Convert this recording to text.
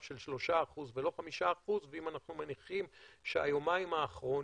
של 3% ולא 5%. ואם אנחנו מניחים שהיומיים האחרונים,